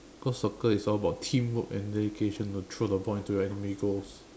cause soccer is all about teamwork and dedication to throw the ball into your enemy goals